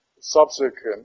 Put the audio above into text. subsequent